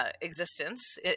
existence